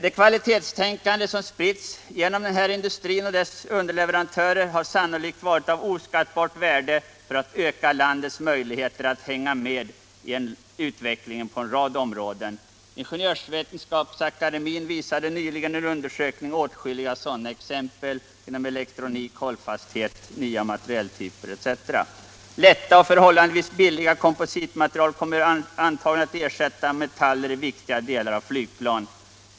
Det kvalitetstänkande som spritts genom den här industrin och dess underleverantörer har sannolikt varit av oskattbart värde för att öka landets möjligheter att hänga med i utvecklingen på en rad områden. Ingenjörsvetenskapsakademien visade nyligen i en undersökning åtskilliga sådana exempel inom elektronik, hållfasthet, nya materialtyper osv. Förhållandevis billiga kompositmaterial kommer antagligen att ersätta metaller i viktiga delar av flygplan.